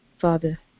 Father